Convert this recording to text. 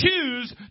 Choose